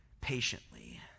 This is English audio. patiently